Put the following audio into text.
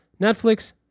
Netflix